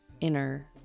inner